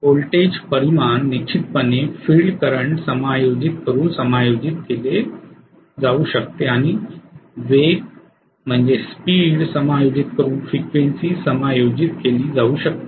voltage परिमाण निश्चितपणे field current समायोजित करून समायोजित केले जाऊ शकते आणि वेग समायोजित करून फ्रिक्वेन्सी समायोजित केली जाऊ शकते